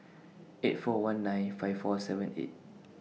eight four one nine five four seven eight